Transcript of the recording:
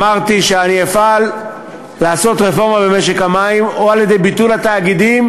אמרתי שאני אפעל לעשות רפורמה במשק המים או על-ידי ביטול התאגידים,